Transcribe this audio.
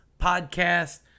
podcast